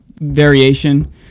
variation